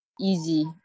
easy